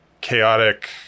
chaotic